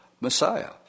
Messiah